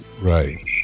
Right